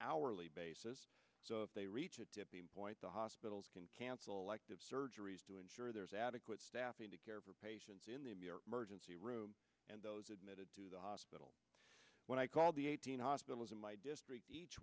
hourly basis if they reach a tipping point the hospitals can cancel elective surgeries to ensure there's adequate staffing to care for patients in the emergency room and those admitted to the hospital when i called the eighteen hospitals in my district